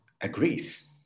agrees